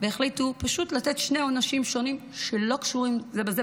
והחליטו פשוט לתת שני עונשים שונים שלא קשורים זה בזה,